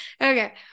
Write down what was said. Okay